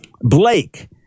Blake